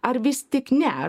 ar vis tik ne